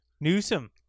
Newsom